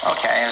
Okay